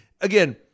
again